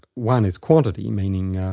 one is quantity, meaning